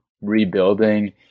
rebuilding